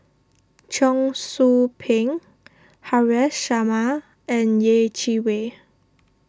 Cheong Soo Pieng Haresh Sharma and Yeh Chi Wei